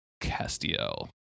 Castiel